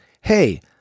Hey